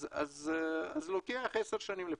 אז לוקח עשר שנים לפתח.